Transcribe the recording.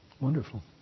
Wonderful